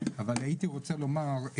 אבל הייתי רוצה לומר,